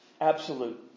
absolute